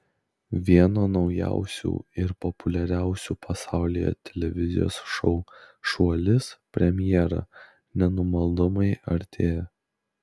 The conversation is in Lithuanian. vieno naujausių ir populiariausių pasaulyje televizijos šou šuolis premjera nenumaldomai artėja